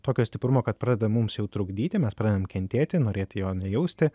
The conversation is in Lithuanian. tokio stiprumo kad pradeda mums jau trukdyti mes pradedam kentėti norėti jo nejausti